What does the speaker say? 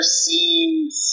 scenes